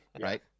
right